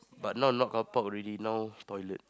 but now not carpark already now toilet